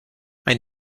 ein